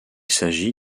s’agit